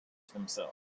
themselves